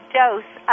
dose